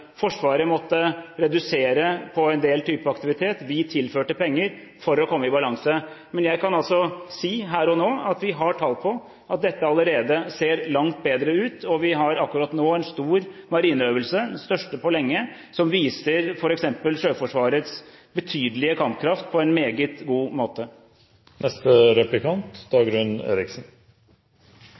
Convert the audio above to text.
Forsvaret måtte redusere på en del typer aktivitet. Vi tilførte penger for å komme i balanse. Men jeg kan si her og nå at vi har tall på at dette allerede ser langt bedre ut, og vi har akkurat nå en stor marineøvelse – den største på lenge – som viser f.eks. Sjøforsvarets betydelige kampkraft på en meget god måte.